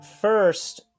First